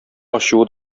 ачуы